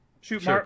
Shoot